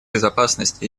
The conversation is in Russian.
безопасность